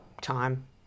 time